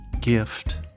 gift